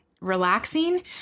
relaxing